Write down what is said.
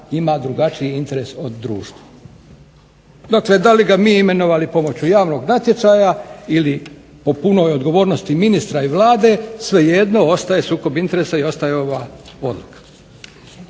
ima drugačiji interes od društva". Dakle, da li ga mi imenovali pomoću javnog natječaja ili po punoj odgovornosti ministra ili Vlade, svejedno ostaje sukob interesa i ostaje ova odluka.